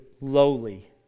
lowly